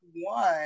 one